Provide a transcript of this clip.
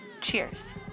Cheers